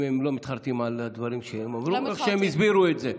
הם לא מתחרטים על הדברים שהם אמרו או שהם הסבירו את זה.